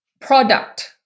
product